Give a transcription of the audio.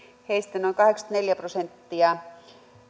heistä noin kahdeksankymmentäneljä prosenttia